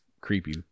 creepy